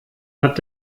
hat